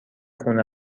خونه